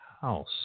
house